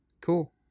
Cool